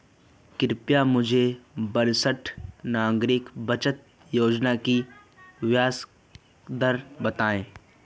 कृपया मुझे वरिष्ठ नागरिक बचत योजना की ब्याज दर बताएं?